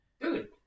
dude